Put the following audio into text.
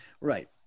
Right